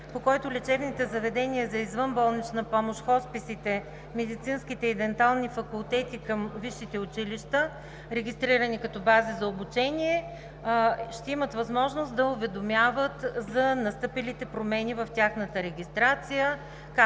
по който лечебните заведения за извънболнична помощ – хосписи, медицински и дентални факултети към висшите училища, регистрирани като бази за обучение, ще имат възможност да уведомяват за настъпилите промени в тяхната регистрация,